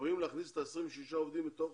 מדברים על להכניס את ה-26 עובדים לתוך